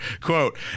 Quote